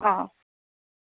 অঁ